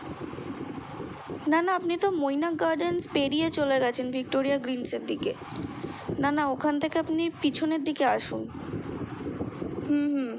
না না আপনি তো মৈনাক গার্ডেন্স পেরিয়ে চলে গেছেন ভিক্টোরিয়া গ্রীনসের দিকে না না ওখান থেকে আপনি পিছনের দিকে আসুন